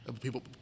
people